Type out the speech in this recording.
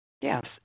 Yes